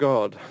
God